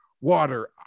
water